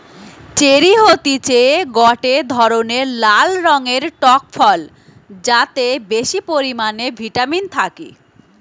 cherry হতিছে গটে ধরণের লাল রঙের টক ফল যাতে বেশি পরিমানে ভিটামিন থাকে